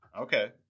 Okay